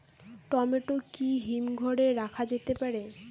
Tomato কি হিমঘর এ রাখা যেতে পারে?